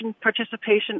participation